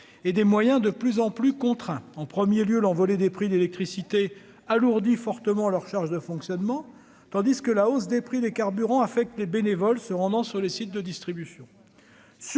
et des moyens de plus en plus contraints en 1er lieu l'envolée des prix d'électricité alourdi fortement leurs charges de fonctionnement, tandis que la hausse des prix des carburants affecte les bénévoles se rendant sur le site de distribution